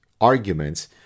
arguments